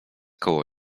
koło